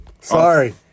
Sorry